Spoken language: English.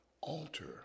alter